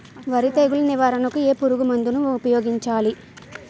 వరి తెగుల నివారణకు ఏ పురుగు మందు ను ఊపాయోగించలి?